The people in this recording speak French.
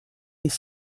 mais